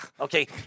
Okay